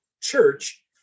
church